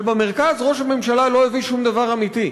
ובמרכז ראש הממשלה לא הביא שום דבר אמיתי.